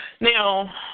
Now